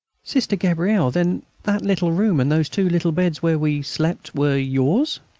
sister gabrielle, then that little room and those two little beds where we slept, were yours?